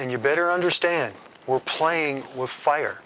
and you better understand we're playing with fire